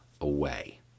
away